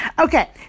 Okay